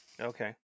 Okay